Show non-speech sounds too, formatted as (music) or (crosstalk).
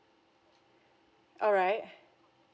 alright (breath)